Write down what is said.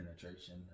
penetration